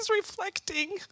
reflecting